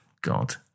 God